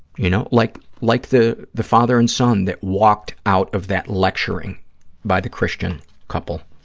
you know, like like the the father and son that walked out of that lecturing by the christian couple,